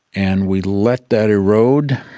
and we let that errode,